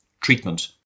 treatment